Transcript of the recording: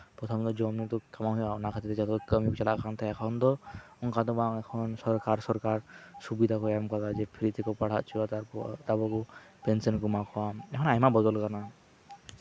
ᱯᱨᱚᱛᱷᱚᱢ ᱨᱮᱫᱚ ᱡᱚᱢᱼᱧᱩ ᱫᱚ ᱵᱟᱝ ᱦᱩᱭᱩᱜᱼᱟ ᱚᱱᱟ ᱞᱟᱹᱜᱤᱫ ᱛᱮᱫᱚ ᱠᱟᱹᱢᱤ ᱪᱟᱞᱟᱜ ᱠᱟᱱ ᱛᱟᱦᱮᱸᱱ ᱮᱠᱷᱚᱱ ᱫᱚ ᱚᱱᱠᱟ ᱫᱚ ᱵᱟᱝ ᱥᱚᱨᱠᱟᱨ ᱥᱚᱨᱠᱟᱨ ᱥᱩᱵᱤᱫᱷᱟ ᱠᱚ ᱮᱢ ᱠᱟᱫᱟ ᱯᱷᱨᱤ ᱛᱮᱠᱚ ᱯᱟᱲᱦᱟᱣ ᱦᱚᱪᱚᱣᱟ ᱛᱟᱨᱯᱚᱨ ᱟᱠᱚ ᱜᱮ ᱯᱮᱱᱥᱚᱱ ᱠᱚ ᱮᱢᱟ ᱠᱚᱣᱟ ᱟᱭᱢᱟ ᱵᱚᱫᱚᱞ ᱟᱠᱟᱱᱟ